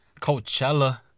Coachella